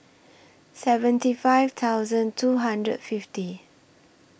seventy five thousand two hundred fifty